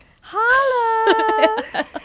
Holla